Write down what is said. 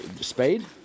Spade